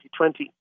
2020